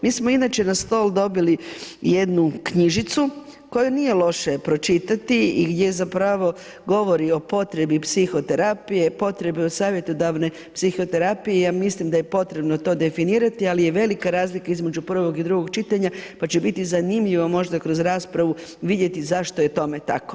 Mi smo inače na stol dobili jednu knjižicu koju nije loše pročitati i gdje zapravo govori o potrebi psihoterapije, potrebi od savjetodavne psihoterapije, ja mislim da je potrebno to definirati, ali je velika razlika između prvog i drugog čitanja, pa će biti zanimljivo možda kroz raspravu vidjeti zašto je tome tako.